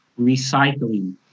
recycling